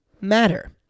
matter